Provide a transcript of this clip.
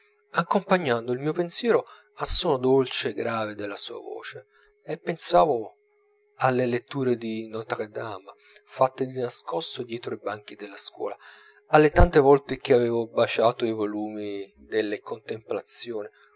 accompagnando il mio pensiero al suono dolce e grave della sua voce e pensavo alle letture di notre dme fatte di nascosto dietro i banchi della scuola alle tante volte che avevo baciato i volumi delle contemplazioni